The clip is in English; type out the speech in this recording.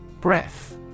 Breath